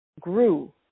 grew